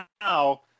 now